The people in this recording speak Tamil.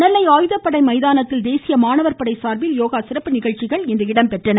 நெல்லை ஆயுதப்படை மைதானத்தில் தேசிய மாணவர் படை சார்பில் யோகா சிறப்பு பயிற்சிகள் நடைபெற்றன